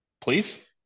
Please